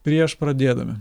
prieš pradėdami